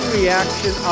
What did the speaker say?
reaction